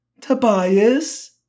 Tobias